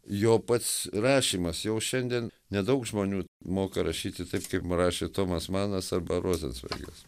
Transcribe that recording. jo pats rašymas jau šiandien nedaug žmonių moka rašyti taip kaip rašė tomas manas arba rozencveigas